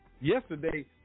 Yesterday